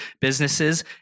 businesses